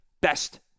best